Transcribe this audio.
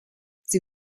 sie